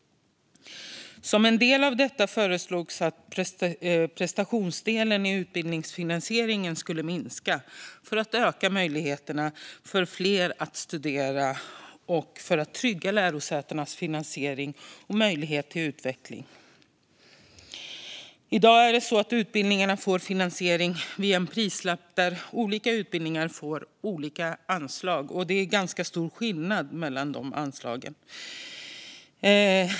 Som en del av detta föreslogs att prestationsdelen i utbildningsfinansieringen skulle minska, för att öka möjligheterna för fler att studera och för att trygga lärosätenas finansiering och möjlighet till utveckling. I dag får utbildningarna finansiering via en prislapp där olika utbildningar får olika stora anslag. Det är ganska stora skillnader mellan anslagen.